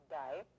die